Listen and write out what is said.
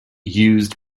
used